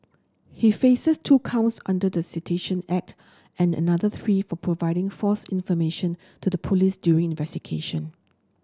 he faces two counts under the Sedition Act and another three for providing false information to the police during investigation